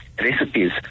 recipes